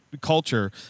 culture